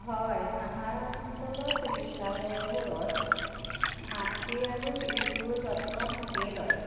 হয় আমাৰ অঞ্চলৰ চিকিৎসালয়বোৰত মাতৃ আৰু শিশুৰ যত্ন ঠিকেই লয়